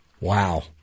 Wow